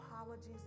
apologies